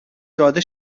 داده